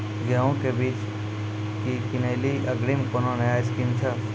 गेहूँ बीज की किनैली अग्रिम कोनो नया स्कीम छ?